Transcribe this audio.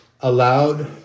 allowed